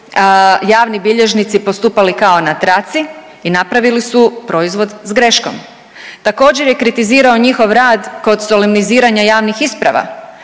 javni bilježnici postupali kao na traci i napravili su proizvod s greškom. Također je kritizirao njihov rad kod solemniziranja javnih isprava,